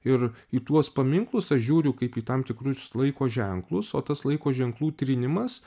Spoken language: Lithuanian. ir į tuos paminklus aš žiūriu kaip į tam tikrus laiko ženklus o tas laiko ženklų trynimas